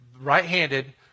right-handed